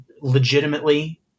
legitimately